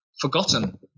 forgotten